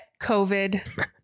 COVID